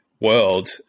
world